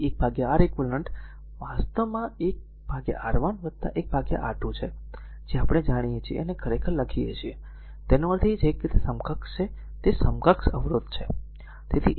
તેથી 1 R eq વાસ્તવમાં 1 R1 1 R2 કે આપણે જે છીએ તે ખરેખર લખીએ છીએ તેથી તેનો અર્થ એ છે કે તે સમકક્ષ છે તે સમકક્ષ અવરોધ છે